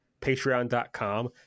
patreon.com